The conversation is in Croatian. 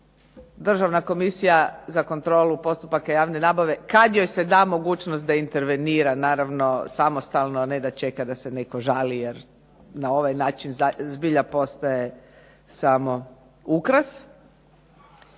Državna komisija za kontrolu postupaka javne nabave kad joj se da mogućnost da intervenira naravno samostalno, a ne da čeka da se netko žali, jer na ovaj način zbilja postaje samo ukras,